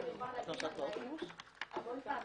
אני יכולה לספר לכם מהחיים: המון פעמים